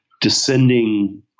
descending